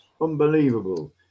Unbelievable